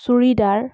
churidar